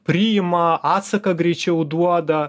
priima atsaką greičiau duoda